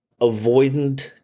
avoidant